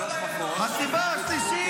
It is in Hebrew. הסיבה השלישית,